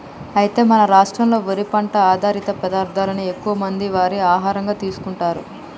అయితే మన రాష్ట్రంలో వరి పంట ఆధారిత పదార్థాలనే ఎక్కువ మంది వారి ఆహారంగా తీసుకుంటారు